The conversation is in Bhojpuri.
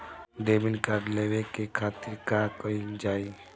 डेबिट कार्ड लेवे के खातिर का कइल जाइ?